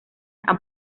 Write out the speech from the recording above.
and